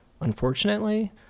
unfortunately